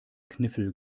kniffel